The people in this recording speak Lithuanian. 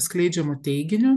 skleidžiamu teiginiu